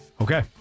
okay